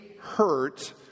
hurt